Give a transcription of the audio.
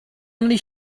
only